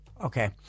okay